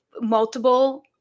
multiple